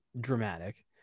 dramatic